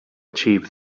achieve